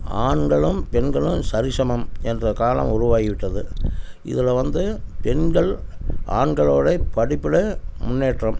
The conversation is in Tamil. ஆண்களும் பெண்களும் சரி சமம் என்ற காலம் உருவாகிவிட்டது இதில் வந்து பெண்கள் ஆண்களோடை படிப்பில் முன்னேற்றம்